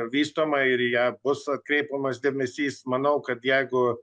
vystoma ir į ją bus atkreipiamas dėmesys manau kad jeigu